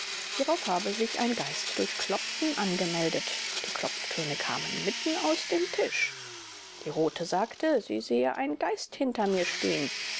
hierauf habe sich ein geist durch klopfen angemeldet die klopftöne kamen mitten aus dem tisch die rothe sagte sie sehe einen geist hinter mir stehen